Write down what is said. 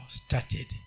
started